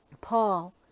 Paul